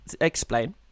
Explain